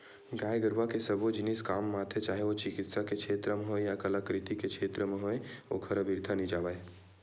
गाय गरुवा के सबो जिनिस काम म आथे चाहे ओ चिकित्सा के छेत्र म होय या कलाकृति के क्षेत्र म होय ओहर अबिरथा नइ जावय